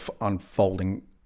unfolding